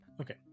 okay